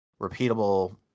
repeatable